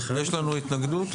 יש לנו התנגדות?